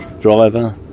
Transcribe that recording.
driver